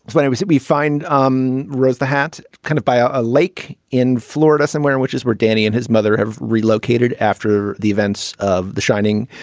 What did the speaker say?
when i was that we find um rose the hat kind of by ah a lake in florida somewhere which is where danny and his mother have relocated after the events of the shining.